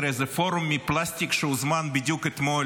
איזה פורום מפלסטיק שהוזמן בדיוק אתמול